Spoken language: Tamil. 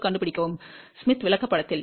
2 கண்டுபிடிக்கவும் ஸ்மித் விளக்கப்படத்தில்